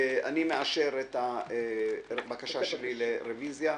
אני מאשר את הבקשה שלי לרביזיה,